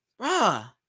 bruh